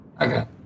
Okay